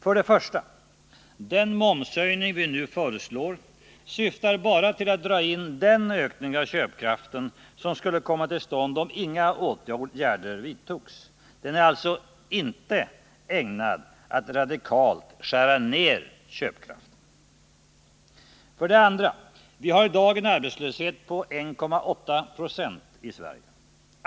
För det första: Den momshöjning vi nu föreslår syftar bara till att dra in den ökning av köpkraften som skulle komma till stånd om inga åtgärder vidtogs. Den är alltså inte ägnad att radikalt skära ner köpkraften. För det andra: Vi har i dag en arbetslöshet på 1,8 26 i Sverige.